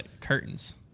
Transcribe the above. curtains